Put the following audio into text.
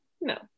no